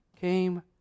came